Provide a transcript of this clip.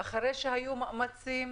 אחרי שהיו מאמצים